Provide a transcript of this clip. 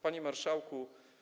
Panie Marszałku!